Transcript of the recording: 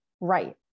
right